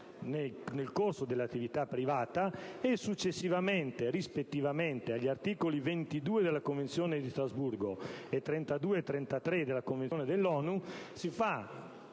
nel corso dell'attività privata e successivamente, rispettivamente agli articoli 22 della Convenzione di Strasburgo e 32 e 33 della Convenzione dell'ONU, si fa